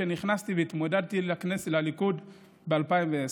כשנכנסתי והתמודדתי בליכוד ב-2010.